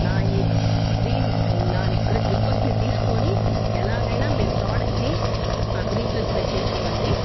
నా ఈ నా రిక్వెస్ట్ రిక్వెస్ట్ని తీసుకోని ఎలాగైనా మీరు ప్రోడక్ట్ని నాకు రీప్లేస్మెంట్ చేసి ఇవ్వండి